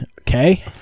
okay